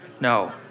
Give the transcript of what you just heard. no